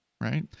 right